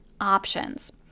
options